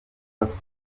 bafata